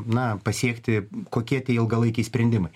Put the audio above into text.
na pasiekti kokie tie ilgalaikiai sprendimai